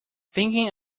thinking